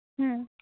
ᱦᱩᱸ